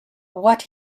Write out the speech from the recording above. what